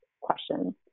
questions